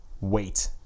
wait